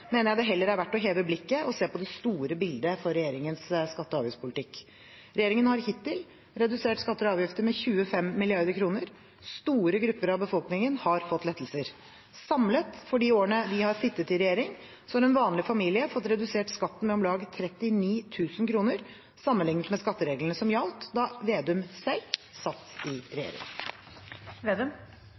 mener jeg det heller er verdt å heve blikket og se på det store bildet for regjeringens skatte- og avgiftspolitikk. Regjeringen har hittil redusert skatter og avgifter med 25 mrd. kr. Store grupper av befolkningen har fått lettelser. Samlet for de årene vi har sittet i regjering, har en vanlig familie fått redusert skatten med om lag 39 000 kr sammenlignet med skattereglene som gjaldt da Slagsvold Vedum selv satt i